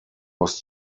was